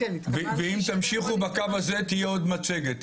ואם תמשיכו בקו הזה תהיה עוד מצגת.